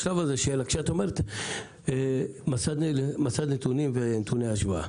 כשאת אומרת מסד נתונים ונתוני השוואה,